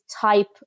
type